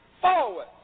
forward